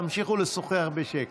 תמשיכו לשוחח בשקט.